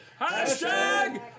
Hashtag